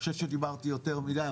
אני חושב שדיברתי יותר מדי,